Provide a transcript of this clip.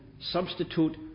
substitute